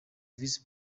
vice